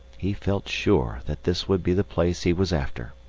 he felt sure that this would be the place he was after.